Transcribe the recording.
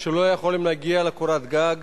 שלא יכולים להגיע לקורת גג